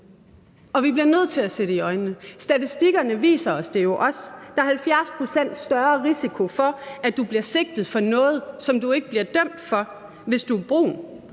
og vi bliver nødt til at se det i øjnene. Statistikkerne viser os det jo også. Der er 70 pct. større risiko for, at du bliver sigtet for noget, som du ikke bliver dømt for, hvis du er brun.